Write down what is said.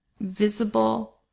visible